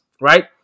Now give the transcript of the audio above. right